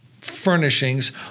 furnishings